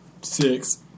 Six